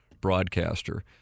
broadcaster